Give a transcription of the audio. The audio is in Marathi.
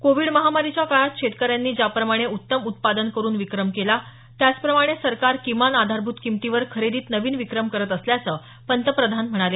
कोविड महामारीच्या काळात शेतकऱ्यांनी ज्याप्रमाणे उत्तम उत्पादन करुन विक्रम केला त्याचप्रमाणे सरकार किमान आधारभूत किंमतीवर खरेदीत नवीन विक्रम करत असल्याचं पंतप्रधान म्हणाले